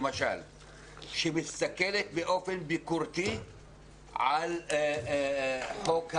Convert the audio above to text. שמסתכלת באופן ביקורתי על חוק הלאום?